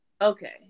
Okay